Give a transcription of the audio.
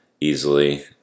easily